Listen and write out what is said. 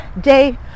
Day